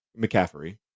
McCaffrey